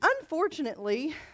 unfortunately